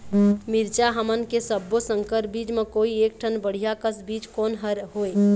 मिरचा हमन के सब्बो संकर बीज म कोई एक ठन बढ़िया कस बीज कोन हर होए?